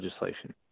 legislation